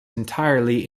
entirely